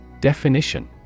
Definition